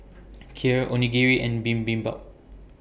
Kheer Onigiri and Bibimbap